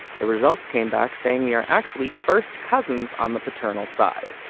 the results came back saying we are actually first cousins on the paternal side.